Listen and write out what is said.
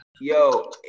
Yo